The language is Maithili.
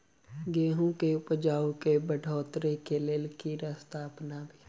गेंहूँ केँ उपजाउ केँ बढ़ोतरी केँ लेल केँ रास्ता अपनाबी?